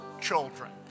children